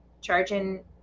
charging